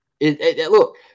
Look